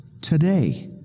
today